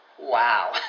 wow